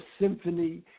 symphony